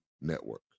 Network